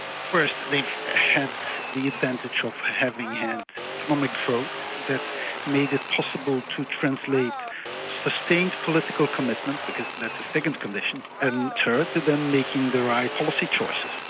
first they had the advantage of having had economic growth that made it possible to translate sustained political commitment because that's a second condition and third, then making the right policy choices.